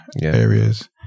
areas